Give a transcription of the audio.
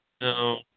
No